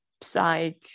psych